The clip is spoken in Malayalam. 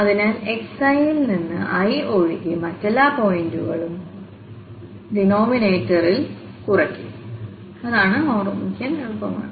അതിനാൽ xi ൽ നിന്ന് i ഒഴികെ മറ്റെല്ലാ പോയിന്റുകളും ഡിനോമിനേറ്ററിൽ കുറയ്ക്കും അതാണ് ഓർമ്മിക്കാൻ എളുപ്പമാണ്